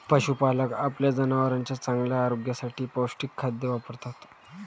पशुपालक आपल्या जनावरांच्या चांगल्या आरोग्यासाठी पौष्टिक खाद्य वापरतात